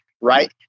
Right